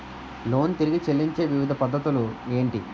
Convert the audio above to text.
Loan తిరిగి చెల్లించే వివిధ పద్ధతులు ఏంటి?